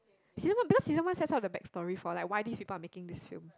season one because season one sets out the back story for like why these people are making this film